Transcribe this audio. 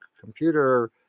computer